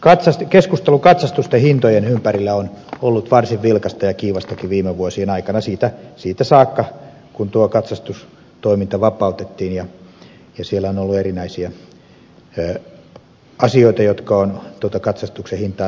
tämä keskustelu katsastusten hintojen ympärillä on ollut varsin vilkasta ja kiivastakin viime vuosien aikana siitä saakka kun tuo katsastustoiminta vapautettiin ja siellä on ollut erinäisiä asioita jotka ovat tuota katsastuksen hintaa nostaneet